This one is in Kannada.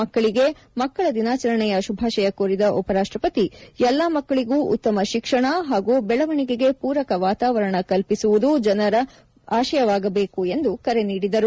ಮಕ್ಕಳಿಗೆ ಮಕ್ಕಳ ದಿನಾಚರಣೆಯ ಶುಭಾಶಯ ಕೋರಿದ ಉಪರಾಷ್ಟ್ರಪತಿ ಎಲ್ಲಾ ಮಕ್ಕಳಿಗೂ ಉತ್ತಮ ಶಿಕ್ಷಣ ಹಾಗು ಬೆಳವಣಿಗೆಗೆ ಪೂರಕ ವಾತಾವರಣ ಕಲ್ಪಿಸಲು ಜನರು ಪ್ರತಿಜ್ಞೆ ಮಾಡಬೇಕು ಎಂದು ಕರೆ ನೀಡಿದರು